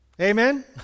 Amen